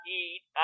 eat